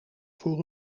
voor